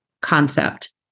concept